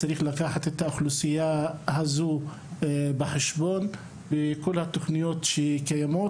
צריך לקחת את האוכלוסייה הזאת בחשבון בכל התוכניות שקיימות,